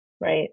right